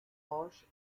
proche